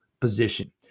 position